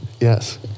Yes